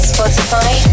Spotify